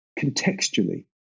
contextually